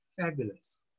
fabulous